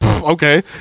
Okay